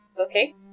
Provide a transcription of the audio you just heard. Okay